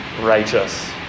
righteous